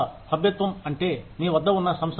సభ్యత్వం అంటే మీ వద్ద ఉన్న సంస్థ దశ